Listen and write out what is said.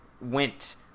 went –